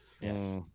yes